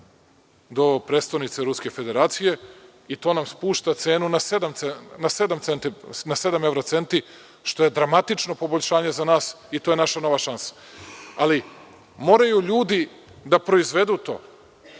do prestonice Ruske Federacije i to nam spušta cenu na sedam evro-centi, što je dramatično poboljšanje za nas i to je naša nova šansa. Ali, moraju ljudi da to proizvedu.